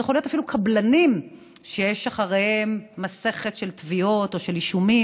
זה יכול להיות אפילו קבלנים שיש אחריהם מסכת של תביעות או של אישומים.